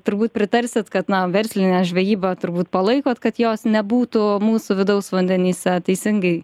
turbūt pritarsit kad na verslinė žvejyba turbūt palaikot kad jos nebūtų mūsų vidaus vandenyse teisingai